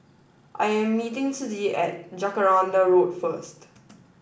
I am meeting Ciji at Jacaranda Road first